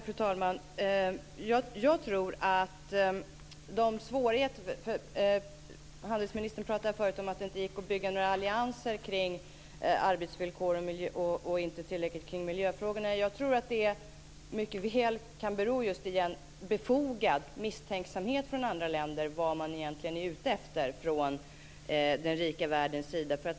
Fru talman! Handelsministern sade tidigare att det inte gick att bygga några allianser kring arbetsvillkoren och inte tillräckligt kring miljöfrågorna. Jag tror att det helt kan bero på en befogad misstänksamhet från andra länder mot vad man egentligen är ute efter från den rika världens sida.